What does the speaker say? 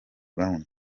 brown